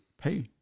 pay